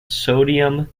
sodium